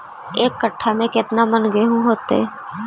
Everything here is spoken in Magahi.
एक कट्ठा में केतना मन गेहूं होतै?